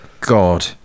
God